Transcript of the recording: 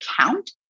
count